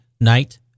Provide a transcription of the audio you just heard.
night